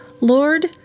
Lord